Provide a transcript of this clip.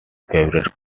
favoured